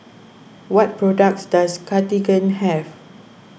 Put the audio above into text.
what products does Cartigain have